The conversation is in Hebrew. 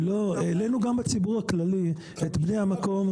העלינו גם בציבור הכללי את בני המקום,